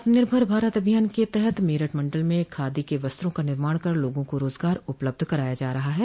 आत्मनिर्भर भारत अभियान के तहत मेरठ मंडल में खादी के वस्त्रों का निर्माण कर लोगों को रोजगार उपलब्ध कराया जा रहा है